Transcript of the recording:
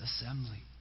assembly